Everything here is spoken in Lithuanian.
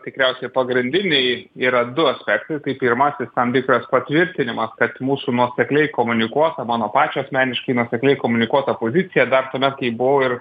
tikriausiai pagrindiniai yra du aspektai tai pirmasis tam tikras patvirtinimas kad mūsų nuosekliai komunikuota mano pačio asmeniškai nuosekliai komunikuota pozicija dar tuomet kai buvau ir